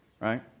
right